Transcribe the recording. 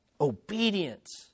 obedience